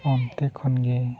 ᱚᱱᱛᱮ ᱠᱷᱚᱱ ᱜᱮ